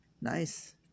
Nice